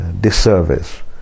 disservice